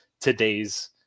today's